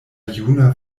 juna